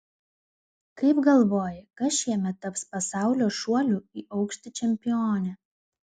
kaip galvoji kas šiemet taps pasaulio šuolių į aukštį čempione